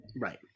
right